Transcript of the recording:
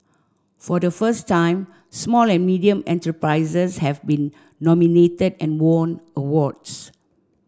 for the first time small and medium enterprises have been nominated and won awards